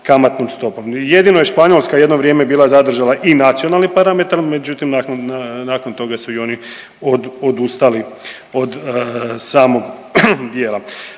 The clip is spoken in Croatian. kamatnom stopom. Jedino je Španjolska bila zadržala i nacionalni parametar međutim nakon, nakon toga su i oni odustali od samog dijela.